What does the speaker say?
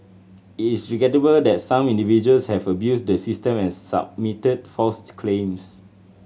it is regrettable that some individuals have abused the system and submitted false claims